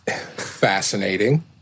Fascinating